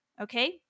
Okay